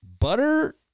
butter